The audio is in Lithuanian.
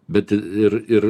bet ir ir